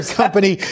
company